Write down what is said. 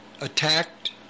attacked